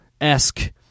esque